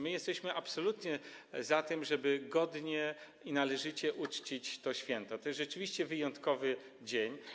My jesteśmy absolutnie za tym, żeby godnie i należycie uczcić to święto, bo to jest rzeczywiście wyjątkowy dzień.